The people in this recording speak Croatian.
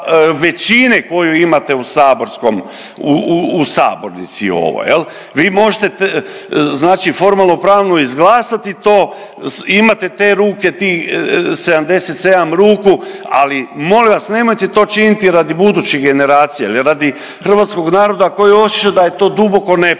većine koju imate u saborskom, u sabornici ovoj jel. Vi možete znači formalno pravno izglasati to, imate te ruke tih 77 ruku ali molim vas nemojte to činiti radi budućih generacija jer radi hrvatskog naroda koji osjeća da je to duboko nepravedno.